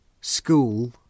School